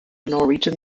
norwegian